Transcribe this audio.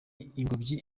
ingobyi